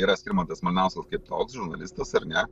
yra skirmantas malinauskas kaip toks žurnalistas ar ne